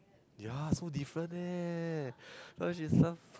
ya so different eh cause she some